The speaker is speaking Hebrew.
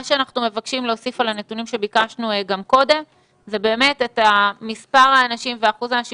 אנחנו מבקשים להוסיף על הנתונים שביקשנו קודם את מספר האנשים ואחוז האנשים